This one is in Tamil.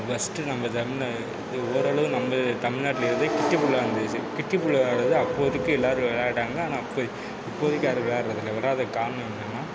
ஃபஸ்ட்டு நம்ம தமிழ்நாட்ல இது ஓரளவு நம்ம தமிழ்நாட்ல இது கிட்டிபுள்ளாக இருந்துச்சு கிட்டிபுள் விளையாடுறது அப்போதைக்கு எல்லோரும் விளாண்டாங்க ஆனால் அப்போ இப்போதைக்கு யாரும் விளையாடுறதில்ல விளையாடாத காரணம் என்னென்னா